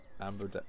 Amber